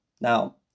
now